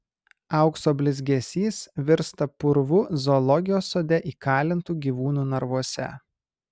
aukso blizgesys virsta purvu zoologijos sode įkalintų gyvūnų narvuose